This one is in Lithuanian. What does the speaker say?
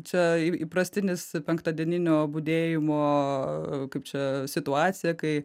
čia įprastinis penktadieninio budėjimo kaip čia situacija kai